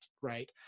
right